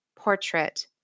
portrait